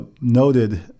noted